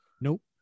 Nope